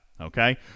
Okay